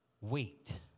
wait